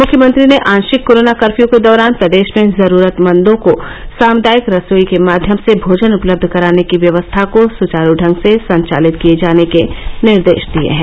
मुख्यमंत्री ने आंशिक कोरोना कर्फ्यू के दौरान प्रदेश में जरूरतमंदों को सामुदायिक रसोई के माध्यम से भोजन उपलब्ध कराने की व्यवस्था को सचारू ढंग से संचालित किये जाने के निर्देश दिये हैं